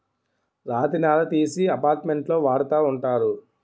రాతి నార తీసి అపార్ట్మెంట్లో వాడతా ఉంటారు